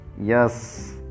Yes